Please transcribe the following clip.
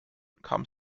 kam